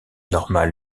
normales